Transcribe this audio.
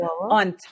on